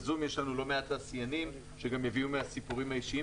בזום יש לנו לא מעט תעשיינים שיביאו גם מהסיפורים האישיים